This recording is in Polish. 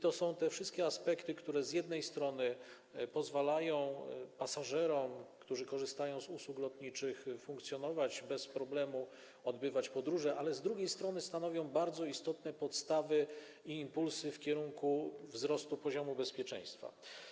To są te wszystkie aspekty, które z jednej strony pozwalają pasażerom, którzy korzystają z usług lotniczych, funkcjonować, bez problemu odbywać podróże, ale z drugiej strony stanowią bardzo istotne podstawy i impulsy w zakresie wzrostu poziomu bezpieczeństwa.